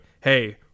hey